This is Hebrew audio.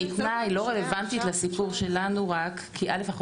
אבל גם חשוב להבין שהדוגמה שניתנה היא לא רלוונטית לסיפור שלנו רק,